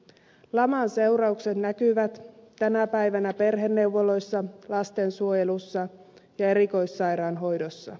laman seuraukset näkyvät tänä päivänä perheneuvoloissa lastensuojelussa ja erikoissairaanhoidossa